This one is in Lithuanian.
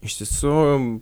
iš tiesų